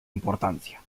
importancia